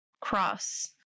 cross